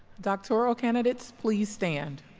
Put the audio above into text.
doctoral candidates please stand